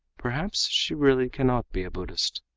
perhaps she really cannot be a buddhist.